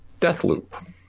Deathloop